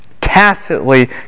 tacitly